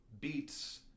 beats